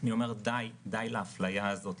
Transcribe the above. אני אומר דיי, דיי לאפליה הזאת.